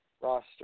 roster